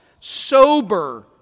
sober